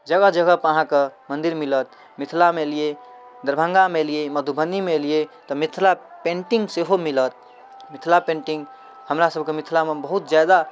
जगह जगह पर अहाँके मन्दिर मिलत मिथिलामे अयलियै दरभङ्गा मे अयलियै मधुबनी मे अयलियै तऽ मिथिला पेन्टिंग सेहो मिलत मिथिला पेन्टिंग हमरा सबके मिथिलामे बहुत जादा